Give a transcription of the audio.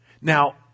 Now